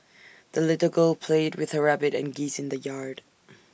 the little girl played with her rabbit and geese in the yard